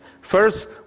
First